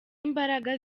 imbaraga